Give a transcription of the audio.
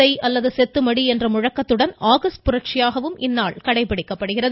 செய் அல்லது செத்து மடி என்ற முழக்கத்துடன் ஆகஸ்டு புரட்சியாகவும் இந்நாள் கடைபிடிக்கப்படுகிறது